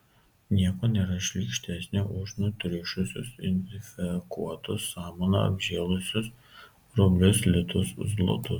nieko nėra šlykštesnio už nutriušusius infekuotus samana apžėlusius rublius litus zlotus